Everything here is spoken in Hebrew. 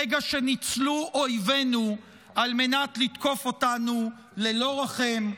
רגע שניצלו אויבינו על מנת לתקוף אותנו ללא רחם.